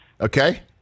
Okay